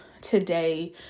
today